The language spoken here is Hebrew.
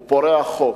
הוא פורע חוק,